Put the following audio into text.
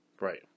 Right